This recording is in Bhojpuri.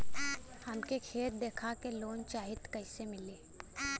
हमके खेत देखा के लोन चाहीत कईसे मिली?